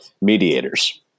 mediators